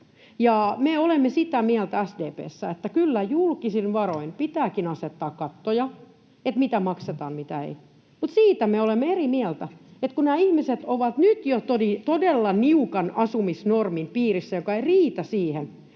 Me olemme sitä mieltä SDP:ssä, että kyllä julkisin varoin pitääkin asettaa kattoja, mitä maksetaan ja mitä ei, mutta kun nämä ihmiset ovat nyt jo todella niukan asumisnormin piirissä, joka ei riitä edes